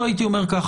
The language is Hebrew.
הייתי אומר כך.